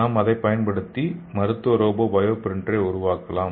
நாம் இதைப் பயன்படுத்தி மருத்துவ ரோபோ பயோ பிரிண்டரை உருவாக்கலாம்